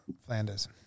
Flanders